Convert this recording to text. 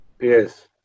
yes